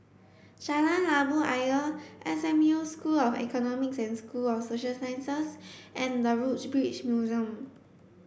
Jalan Labu Ayer S M U School of Economics and School of Social Sciences and The Woodbridge Museum